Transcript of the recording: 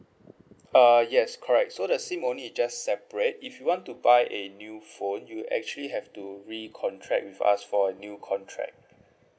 uh yes correct so the SIM only just separate if you want to buy a new phone you actually have re-contract with us for a new contract